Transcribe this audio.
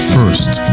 First